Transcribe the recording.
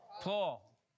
Paul